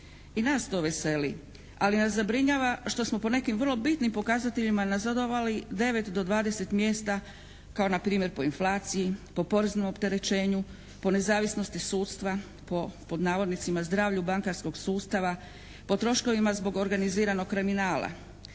I nas to veseli, ali nas zabrinjava što smo po nekim vrlo bitnim pokazateljima nazadovali 9 do 20 mjesta, kao npr. po inflaciji, po poreznom opterećenju, po nezavisnosti sudstva, po pod navodnicima zdravlju bankarskog sustava, po troškovima zbog organiziranog kriminala.